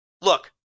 look